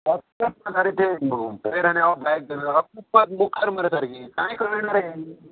अपरे तेट आनी हो बॅग जापा मुखार मरे सारकी कांय कळना रे